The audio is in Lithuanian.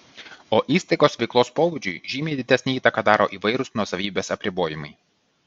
o įstaigos veiklos pobūdžiui žymiai didesnę įtaką daro įvairūs nuosavybės apribojimai